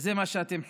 שזה מה אתם חושבים,